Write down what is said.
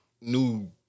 new